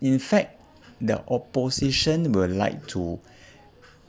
in fact the opposition will like to